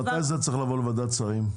מתי זה צריך לבוא לוועדת שרים?